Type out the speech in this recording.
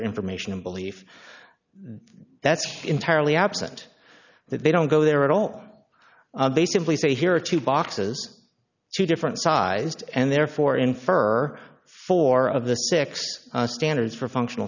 information and belief that's entirely absent that they don't go there at all they simply say here are two boxes two different sized and therefore infer four of the six standards for functional